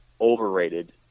overrated